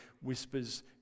whispers